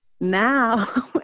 now